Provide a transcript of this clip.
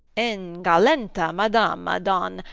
en gallanta madama, don!